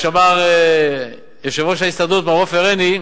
מה שאמר יושב-ראש ההסתדרות, מר עופר עיני: